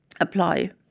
apply